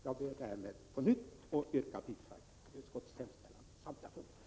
Jag ber härmed på nytt att få yrka bifall till utskottets hemställan på samtliga punkter.